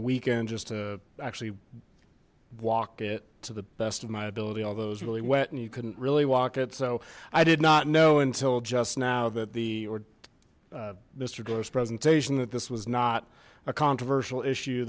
the weekend just to actually walk it to the best of my ability all those really wet and you couldn't really walk it so i did not know until just now that the or mister gore's presentation that this was not a controversial issue